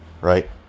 right